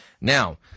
Now